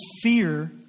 fear